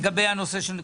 זה ידוע ללשכה של השר.